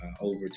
over